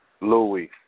Louis